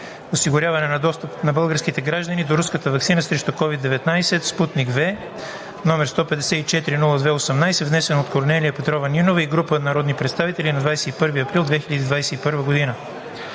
осигуряване достъп на българските граждани до руската ваксина срещу COVID-19 „Спутник V“, № 154-01-43, внесен от Корнелия Петрова Нинова и група народни представители на 21 април 2021 г.